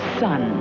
son